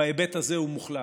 בהיבט הזה הוא מוחלט,